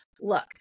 look